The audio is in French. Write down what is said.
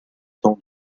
temps